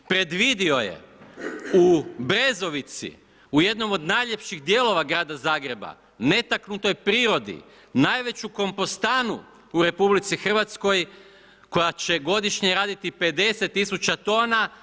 Predvidio je u Brezovici, u jednom od najljepših dijelova grada Zagreba, netaknutoj prirodi, najveću kompostanu u RH koja će godišnje raditi 50 tisuća tona.